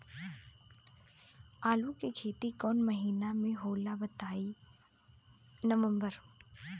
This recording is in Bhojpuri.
आलू के खेती कौन महीना में होला बताई?